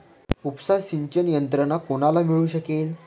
उपसा सिंचन यंत्रणा कोणाला मिळू शकेल?